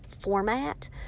format